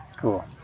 Cool